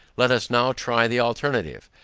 let us now try the alternative,